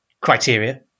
criteria